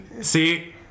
See